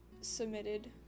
submitted